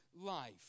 life